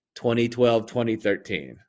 2012-2013